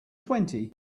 twenty